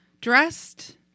dressed